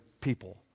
people